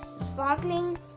Sparkling